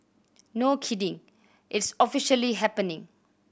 no kidding it's officially happening